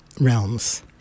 realms